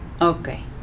Okay